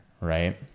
right